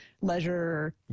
leisure